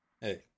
Hey